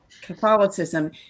catholicism